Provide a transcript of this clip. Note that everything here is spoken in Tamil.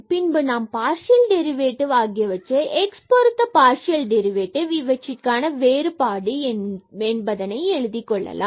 பின்பு நாம் பார்சியல் டெரிவேடிவ் ஆகியவற்றைப் x and y பொறுத்த பார்சியல் டெரிவேடிவ் இவைகளுக்கான வேறுபாடு என்பதனை எழுதிக்கொள்ளலாம்